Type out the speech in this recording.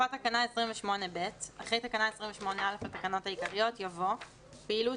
הוספת תקנה 28ב אחרי תקנה 28א לתקנות העיקריות יבוא: "28ב.פעילות